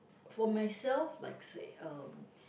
for myself likes um